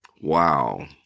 Wow